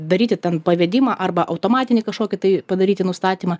daryti ten pavedimą arba automatinį kažkokį tai padaryti nustatymą